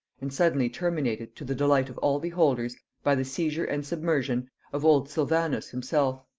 and suddenly terminated, to the delight of all beholders, by the seizure and submersion of old sylvanus himself.